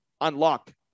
unlock